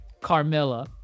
Carmilla